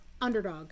underdog